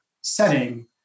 setting